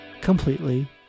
completely